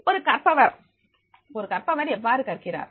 ஒரு கற்பவர் ஒரு கற்பவர் எவ்வாறு கற்கிறார்